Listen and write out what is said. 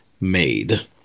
made